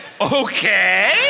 okay